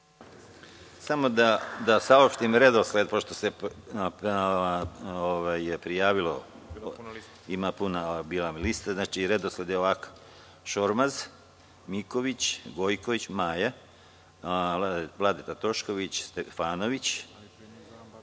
Samo da saopštim redosled, pošto se je puna lista. Znači, redosled je ovakav: Šormaz, Miković, Gojković Maja, Vladeta Tošković Stefanović.